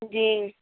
جی